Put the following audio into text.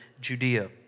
Judea